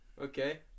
Okay